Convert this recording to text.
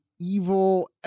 evil